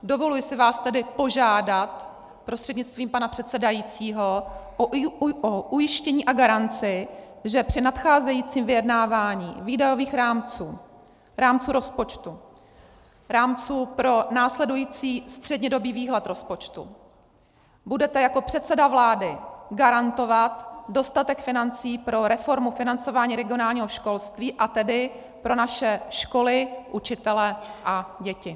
Dovoluji si vás tedy požádat prostřednictvím pana předsedajícího o ujištění a garanci, že při nadcházejícím vyjednávání výdajových rámců, rámců rozpočtu, rámců pro následující střednědobý výhled rozpočtu, budete jako předseda vlády garantovat dostatek financí pro reformu financování regionálního školství, a tedy pro naše školy, učitele a děti.